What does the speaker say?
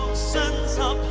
senza